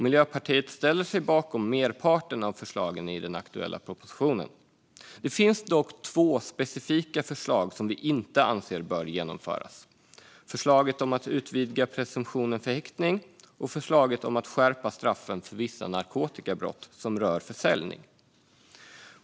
Miljöpartiet ställer sig bakom merparten av förslagen i den aktuella propositionen. Det finns dock två specifika förslag som vi inte anser bör genomföras. Det gäller förslaget om att utvidga presumtionen för häktning och förslaget om att skärpa straffen för vissa narkotikabrott som rör försäljning.